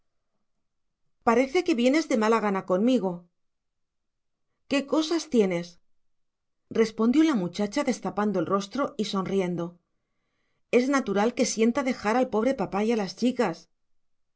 parece que vienes de mala gana conmigo qué cosas tienes respondió la muchacha destapando el rostro y sonriendo es natural que sienta dejar al pobre papá y y a las chicas